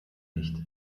nicht